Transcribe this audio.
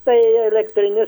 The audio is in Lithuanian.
tai elektrinis